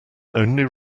only